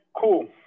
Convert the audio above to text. cool